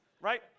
right